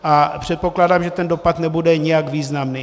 A předpokládám, že ten dopad nebude nijak významný.